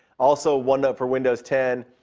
also, onenote for windows ten,